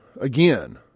again